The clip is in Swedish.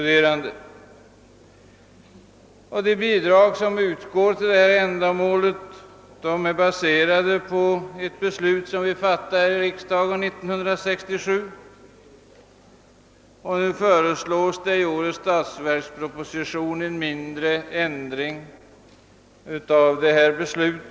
De bidrag som utgår till detta ändamål är baserade på ett beslut, som vi fattade här i riksdagen 1967. I årets statsverksproposition föreslås en mindre ändring av detta beslut.